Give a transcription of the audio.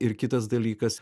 ir kitas dalykas